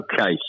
Okay